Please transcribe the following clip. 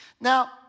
Now